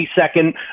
second